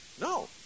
No